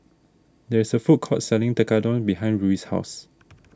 there is a food court selling Tekkadon behind Ruie's house